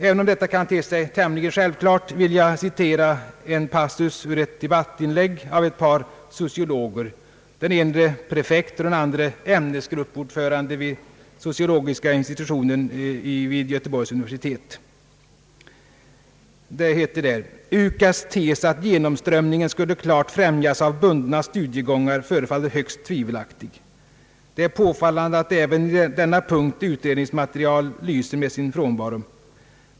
Även om detta kan te sig tämligen självklart vill jag citera en passus ur ett debattinlägg av ett par sociologer, den ene prefekt och den andre ämnesgruppordförande vid sociologiska institutionen vid Göteborgs universitet: »UKAS:s tes att genomströmningen skulle klart främjas av bundna studiegångar förefaller högst tvivelaktig. Det är påfallande att även i denna punkt utredningsmaterial lyser med sin frånvaro.